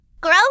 grow